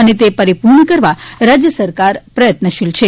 અને તે પરિપૂર્ણ કરવ રાજ્ય સરકાર પ્રયત્નશીલ છે